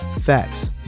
facts